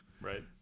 Right